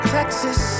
Texas